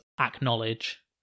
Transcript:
acknowledge